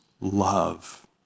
love